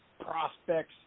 prospects